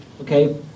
okay